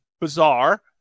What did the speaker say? bizarre